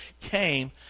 came